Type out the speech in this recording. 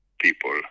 people